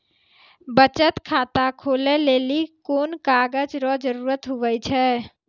बचत खाता खोलै लेली कोन कागज रो जरुरत हुवै छै?